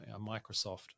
Microsoft